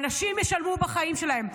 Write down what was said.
האנשים ישלמו בחיים שלהם.